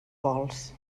vols